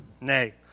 Nay